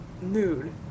nude